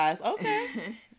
Okay